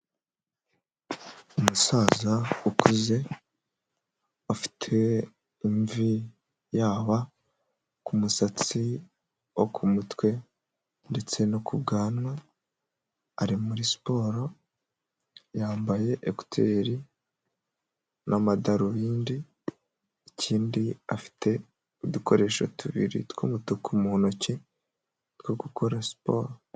Umusaza ukuze ufite imvi, yaba k’ umusatsi wo ku mutwe ndetse no kubwanwa, ari muri siporo yambaye ekuteri n' amadarubindi, ikindi afite udukoresho tubiri tw’ umutuku mu ntoki two gukora siporo.